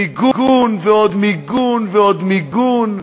מיגון ועוד מיגון ועוד מיגון?